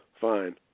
Fine